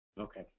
Okay